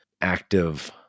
active